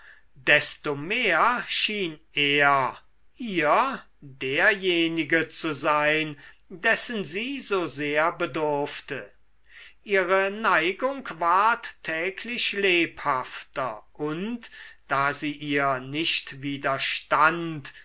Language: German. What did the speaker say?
desto mehr schien er ihr derjenige zu sein dessen sie so sehr bedurfte ihre neigung ward täglich lebhafter und da sie ihr nicht widerstand